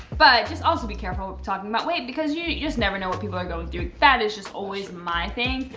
but just also be careful talking about weight because you just never know what people are going through. that is just always my thing.